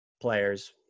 players